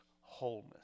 wholeness